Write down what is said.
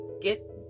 Get